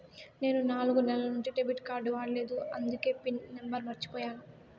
నేను నాలుగు నెలల నుంచి డెబిట్ కార్డ్ వాడలేదు అందికే పిన్ నెంబర్ మర్చిపోయాను